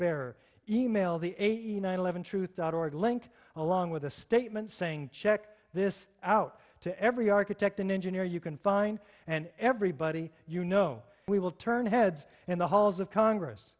bearer email the eighty nine eleven truth dot org link along with a statement saying check this out to every architect and engineer you can find and everybody you know we will turn heads in the halls of congress